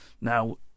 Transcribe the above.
Now